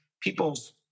people's